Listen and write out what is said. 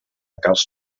cas